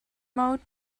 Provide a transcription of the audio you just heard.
mode